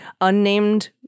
unnamed